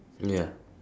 ya